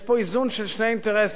יש פה איזון של שני אינטרסים,